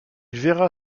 verra